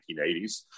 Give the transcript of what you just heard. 1980s